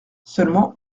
seulement